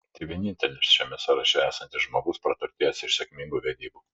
tai vienintelis šiame sąraše esantis žmogus praturtėjęs iš sėkmingų vedybų